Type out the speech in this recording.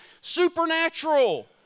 supernatural